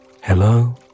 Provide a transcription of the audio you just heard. Hello